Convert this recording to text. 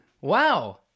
Wow